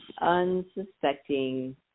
unsuspecting